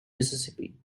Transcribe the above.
mississippi